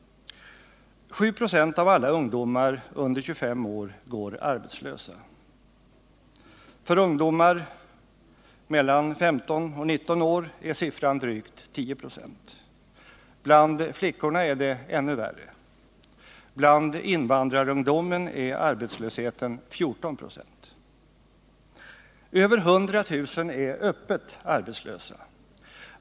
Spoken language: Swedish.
7 96 av alla ungdomar under 25 år går arbetslösa. För ungdomar mellan 16 och 19 år är siffran drygt 10 926. Bland flickorna är det ännu värre. Bland invandrarungdomen är arbetslösheten 14 96. Över 100 000 är öppet arbetslösa.